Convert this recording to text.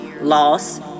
loss